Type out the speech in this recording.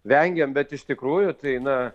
vengiam bet iš tikrųjų tai na